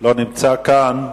לא נמצא כאן.